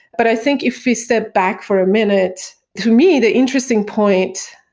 but i think if you step back for a minute, to me, the interesting point,